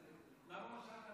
בגרמניה?